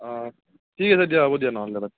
অঁ ঠিক আছে দিয়া হ'ব দিয়া নহ'লে আৰু